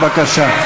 בבקשה.